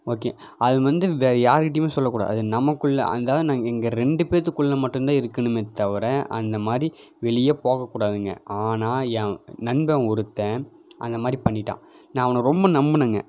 okay அது வந்து வேறு யாருக்கிட்டேயுமே சொல்லக்கூடாது அது நமக்குள்ளே அந்த நாங்க எங்கள் ரெண்டு பேருத்துக்குள்ள மட்டும்தான் இருக்கணுமே தவிர அந்த மாதிரி வெளியே போகக்கூடாதுங்க ஆனால் என் நண்பன் ஒருத்தன் அந்த மாதிரி பண்ணிவிட்டான் நான் அவனை ரொம்ப நம்பினேங்க